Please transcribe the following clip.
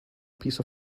piece